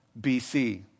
BC